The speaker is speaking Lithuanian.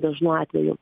dažnu atveju